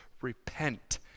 repent